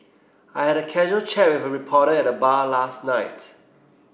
I had a casual chat with a reporter at the bar last night